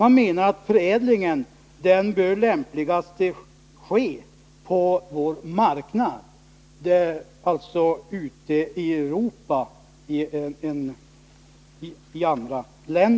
Man menar att förädlingen lämpligast bör ske i andra länder ute i Europa.